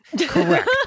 correct